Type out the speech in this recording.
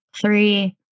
three